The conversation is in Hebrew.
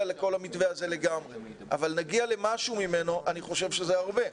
לכל המתווה הזה לגמרי אבל נגיע למשהו ממנו אני חושב שזה הרבה.